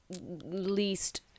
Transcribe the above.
least